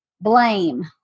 blame